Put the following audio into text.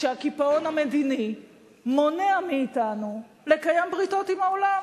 שהקיפאון המדיני מונע מאתנו לקיים בריתות עם העולם.